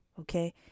Okay